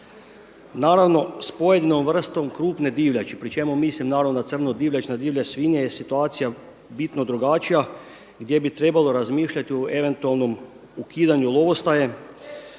Naravno s pojedinom vrstom krupne divljači pri čemu mislim naravno na crnu divljač, na divlje svinje je situacija bitno drugačija gdje bi trebalo razmišljati o eventualnom ukidanju lovostaja